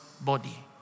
body